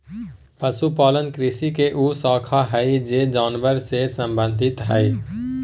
पशुपालन कृषि के उ शाखा हइ जे जानवर से संबंधित हइ